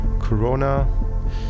Corona